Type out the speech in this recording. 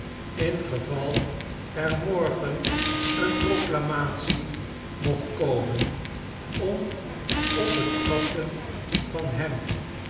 in geval er morgen eene proclamatie mocht komen om op het vatten van hem